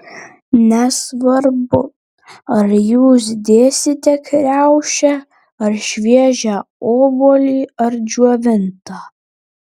nesvarbu ar jūs dėsite kriaušę ar šviežią obuolį ar džiovintą